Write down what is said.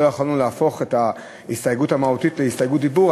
יכולנו להפוך את ההסתייגות המהותית להסתייגות דיבור,